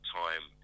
time